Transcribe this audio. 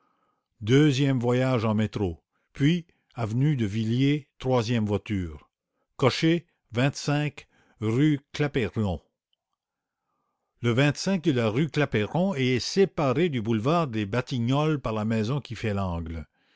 deuxième voyage en métro puis avenue de villiers troisième voiture cocher rue clapeyron le de la rue clapeyron est séparé du boulevard des batignolles par la maison qui fait l'angle